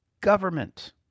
government